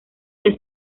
que